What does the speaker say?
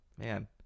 Man